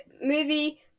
movie